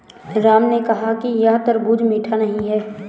राम ने कहा कि यह तरबूज़ मीठा नहीं है